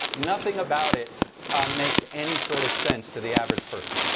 nothing about it makes any sort of sense to the average person.